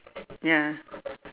ya